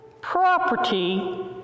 property